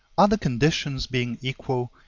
other conditions being equal,